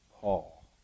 Paul